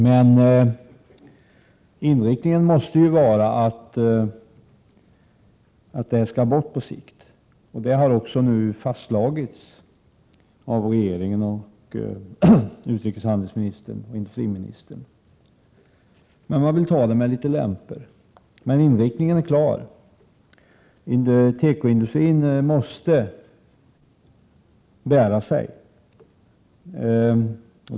Men inriktningen måste ändå vara att dessa på sikt skall tas bort. Det har fastslagits av regeringen, utrikeshandelsministern och industriministern. Men det gäller att ta det med lämpor. Tekoindustrin måste bära sig.